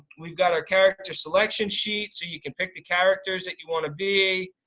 we've got our character selection sheet so you can pick the characters that you wanna be.